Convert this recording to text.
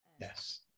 Yes